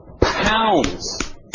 pounds